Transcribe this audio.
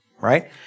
Right